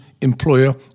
employer